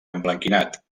emblanquinat